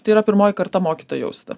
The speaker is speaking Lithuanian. tai yra pirmoji karta mokyta jausti